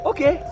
Okay